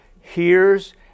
hears